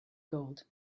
gold